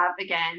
again